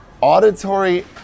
auditory